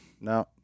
No